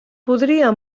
podria